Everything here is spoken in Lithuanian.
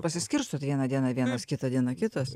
pasiskirstot vieną dieną vienas kitą dieną kitas